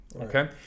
okay